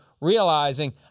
realizing